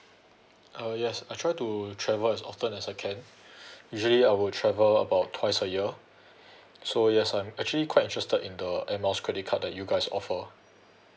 uh yes I try to travel as often as I can usually I will travel about twice a year so yes I'm actually quite interested in the air miles credit card that you guys offer